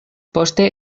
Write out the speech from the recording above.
poste